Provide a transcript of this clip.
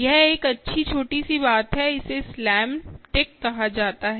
यह एक अच्छी छोटी सी बात है इसे स्लैम टिक कहा जाता है